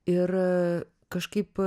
ir kažkaip